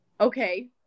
Okay